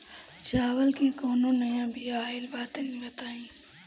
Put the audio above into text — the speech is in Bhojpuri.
चावल के कउनो नया बिया आइल बा तनि बताइ?